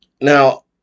Now